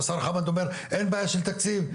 השר חמד אומר אין בעיה של תקציב.